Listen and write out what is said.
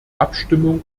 abstimmung